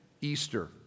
Easter